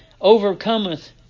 overcometh